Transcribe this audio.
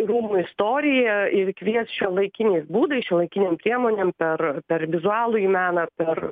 rūmų istorija ir kvies šiuolaikiniais būdais šiuolaikinėm priemonėm per per vizualųjį meną per